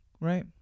Right